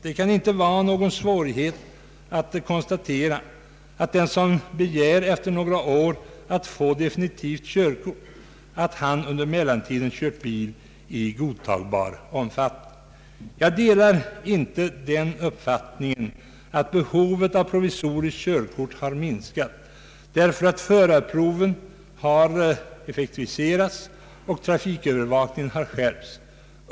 Det kan inte vara någon svårighet att konstatera huruvida den som efter några år anhåller om att få definitivt körkort under mellantiden kört bil i godtagbar omfattning. Jag delar inte den uppfattningen att behovet av provisoriskt körkort har minskat därför att förarproven har effektiviserats och trafikövervakningen har skärpts.